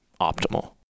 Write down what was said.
optimal